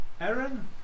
Aaron